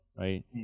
right